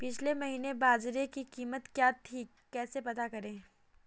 पिछले महीने बाजरे की कीमत क्या थी कैसे पता करें?